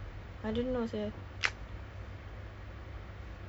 a'ah I'm so pokai right now